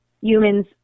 Humans